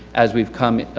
as we've come,